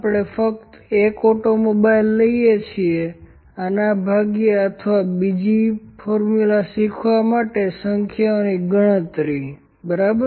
આપણે ફક્ત એક ઓટોમોબાઈલ લઈએ છીએ આના ભાગ્યા અથવા ફક્ત બીજી ફોર્મ્યુલા શીખવા માટે સંખ્યાઓની ગણતરી બરાબર